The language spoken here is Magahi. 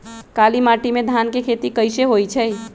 काली माटी में धान के खेती कईसे होइ छइ?